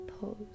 pose